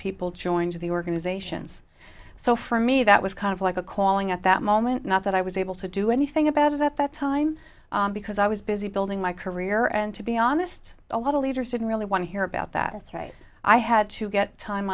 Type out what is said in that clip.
people joined the organizations so for me that was kind of like a calling at that moment not that i was able to do anything about it at that time because i was busy building my career and to be honest a lot of leaders didn't really want to hear about that it's right i had to get time